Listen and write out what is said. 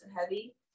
heavy